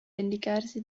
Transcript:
vendicarsi